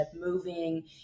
moving